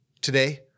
Today